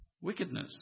wickedness